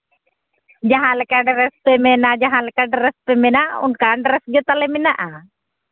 ᱡᱟᱦᱟᱸ ᱞᱮᱠᱟ ᱰᱨᱮᱥ ᱯᱮ ᱢᱮᱱᱟ ᱡᱟᱦᱟᱸ ᱞᱮᱠᱟ ᱰᱨᱮᱥ ᱯᱮ ᱢᱮᱱᱟ ᱚᱱᱠᱟᱱ ᱰᱨᱮᱥ ᱜᱮ ᱛᱟᱞᱮ ᱢᱮᱱᱟᱜᱼᱟ